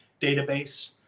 database